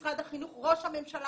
משרד החינוך וראש הממשלה,